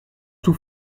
tout